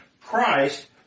Christ